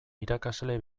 irakasle